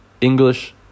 English